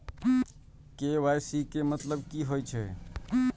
KYC के मतलब कि होई छै?